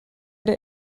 der